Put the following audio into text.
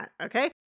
okay